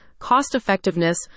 cost-effectiveness